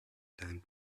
time